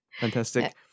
Fantastic